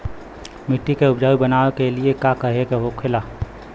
मिट्टी के उपजाऊ बनाने के लिए का करके होखेला?